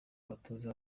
abatoza